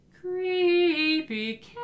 Creepy